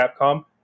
Capcom